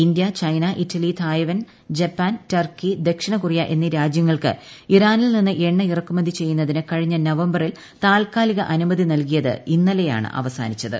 India China Italy Taiwan Japan Turkey ദക്ഷിണകൊറിയ എന്നീ രാജ്യങ്ങൾക്ക് ഇറാനിൽ നിന്ന് എണ്ണ ഇറക്കുമതി ചെയ്യുന്നതിന് കഴിഞ്ഞ നവംബറിൽ താത്കാലിക അനുമതി നൽകിയത് ഇന്നലെയാണ് അവസാനിച്ചത്